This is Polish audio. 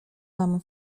wam